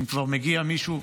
אם כבר מגיע מישהו,